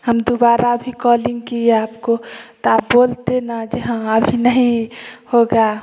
हम दोबारा अभी कॉल्लिंग किये आपको तो आप बोलते ना जहाँ अभी नहीं होगा